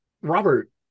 Robert